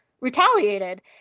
retaliated